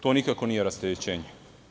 To nikako nije rasterećenje.